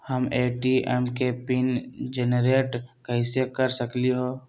हम ए.टी.एम के PIN generate कईसे कर सकली ह?